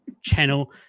channel